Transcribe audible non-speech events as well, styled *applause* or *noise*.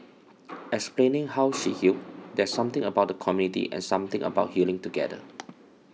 *noise* explaining how she healed there's something about the community and something about healing together